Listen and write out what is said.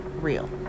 real